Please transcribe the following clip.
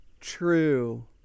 true